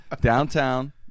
downtown